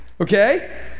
Okay